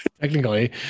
Technically